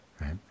right